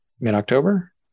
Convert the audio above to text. mid-October